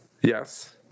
Yes